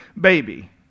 baby